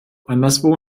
anderswo